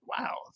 wow